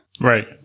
Right